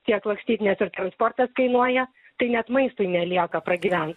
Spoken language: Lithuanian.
tiek lakstyt nes ir transportas kainuoja tai net maistui nelieka pragyvent